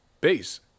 base